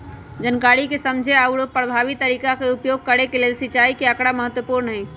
जनकारी के समझे आउरो परभावी तरीका के उपयोग करे के लेल सिंचाई के आकड़ा महत्पूर्ण हई